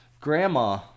Grandma